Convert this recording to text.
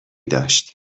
داشت